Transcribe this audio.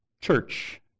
church